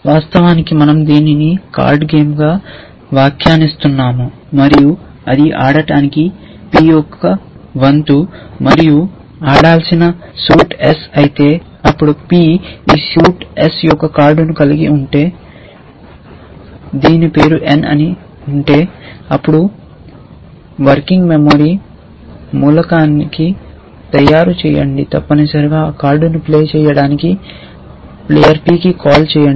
వాస్తవానికి మనం దీనిని కార్డ్ గేమ్గా వ్యాఖ్యానిస్తున్నాము మరియు అది ఆడటానికి p యొక్క మలుపు మరియు నాటకాల్లో సూట్ s అయితే మరియు p ఈ సూట్ యొక్క కార్డును కలిగి ఉంటే దీని పేరు n అని ఉంటే అప్పుడు పని మెమరీ మూలకాన్ని తయారు చేయండి తప్పనిసరిగా ఆ కార్డును ప్లే చేయడానికి ప్లేయర్ p కి కాల్ చేయండి